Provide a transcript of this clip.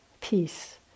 peace